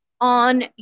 on